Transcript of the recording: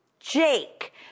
Jake